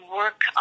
work